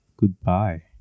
Goodbye